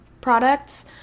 products